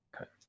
Okay